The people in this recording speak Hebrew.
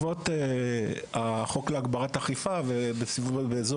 בעקבות החוק להגברת אכיפה ב-2012,